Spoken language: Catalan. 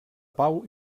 pau